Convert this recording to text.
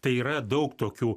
tai yra daug tokių